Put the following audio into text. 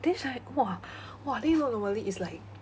then she like !wah! !wah! then you know normally it's like